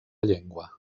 llengua